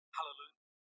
Hallelujah